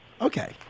Okay